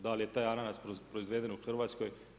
Da li je taj ananas proizveden u Hrvatskoj?